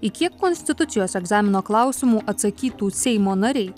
į kiek konstitucijos egzamino klausimų atsakytų seimo nariai